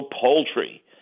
poultry